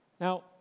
Now